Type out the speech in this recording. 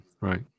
right